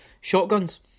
Shotguns